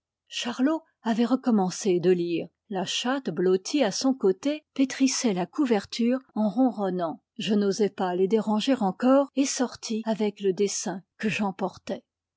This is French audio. charlot avait recommencé de lire la chatte blottie à son côté pétrissait la couverture en ronronnant je n'osai pas les déranger encore et sortis avec le dessin que j'emportais